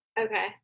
Okay